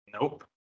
Nope